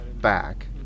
back